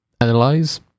analyze